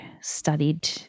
studied